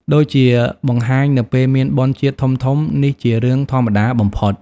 ដូចជាបង្ហាញនៅពេលមានបុណ្យជាតិធំៗ នេះជារឿងធម្មតាបំផុត។